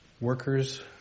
workers